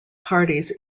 parties